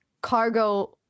cargo